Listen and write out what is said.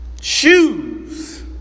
shoes